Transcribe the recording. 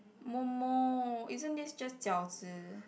Mo Mo isn't this just Jiao-Zi